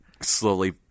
slowly